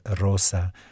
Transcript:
Rosa